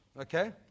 Okay